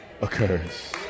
occurs